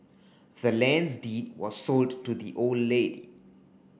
the land's deed was sold to the old lady